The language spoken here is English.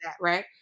Right